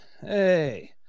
Hey